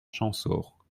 champsaur